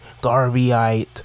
Garveyite